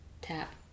Tap